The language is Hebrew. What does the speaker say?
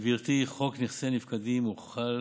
גברתי, חוק נכסי נפקדים הוחל